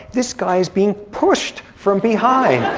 this guy is being pushed from behind.